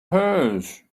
hers